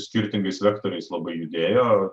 skirtingais vektoriais labai judėjo